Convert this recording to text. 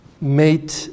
made